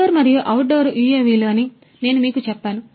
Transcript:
indoor మరియు outdoor యుఎవిలు అని నేను మీకు చెప్పాను